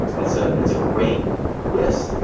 it's ah it's a great list,